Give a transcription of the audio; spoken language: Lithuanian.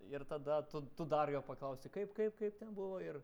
ir tada tu tu dar jo paklausi kaip kaip kaip ten buvo ir